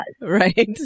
Right